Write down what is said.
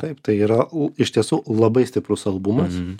taip tai yra iš tiesų labai stiprus albumas